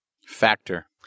Factor